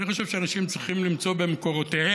אני חושב שאנשים צריכים למצוא במקורותיהם